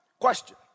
question